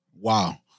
Wow